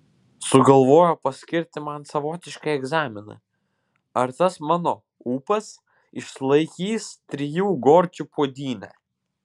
sugalvojo paskirti man savotišką egzaminą ar tas mano ūpas išlaikys trijų gorčių puodynę